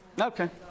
Okay